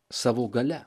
savo galia